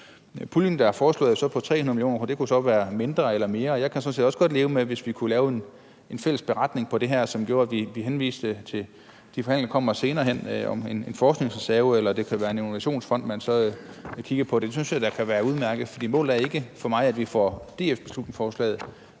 Puljen, der er foreslået, er så på 300 mio. kr., og det kunne så være mindre eller mere. Jeg kan sådan set også godt leve med det, hvis vi kunne lave en fælles beretning over det her, hvor vi henviser til de forhandlinger, som kommer senere hen om en forskningsreserve eller en innovationsfond, man så kigger på. Det synes jeg da kan være udmærket. For målet er ikke at for mig at vi får DF-beslutningsforslaget